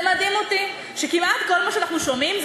מה זה לא מצביעים?